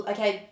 Okay